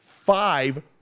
five